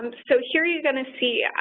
um so, here you're going to see